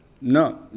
No